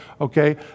okay